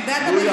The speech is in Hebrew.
עמדת הממשלה,